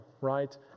right